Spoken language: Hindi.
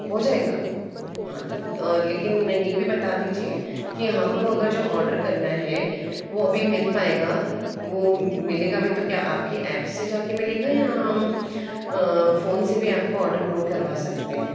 हो जाएगा हाँ तो लेकिन ये भी बता दीजिए कि हमको अगर जो ऑर्डर करना है वो अभी मिल पाएगा वो मिलेगा भी तो क्या आपके ऐप से जा के मिलेगा या हम फोन से भी आपको ऑर्डर नोट करवा सकते हैं